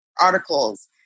articles